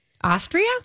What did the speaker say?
Austria